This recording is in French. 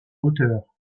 hauteur